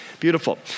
Beautiful